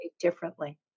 differently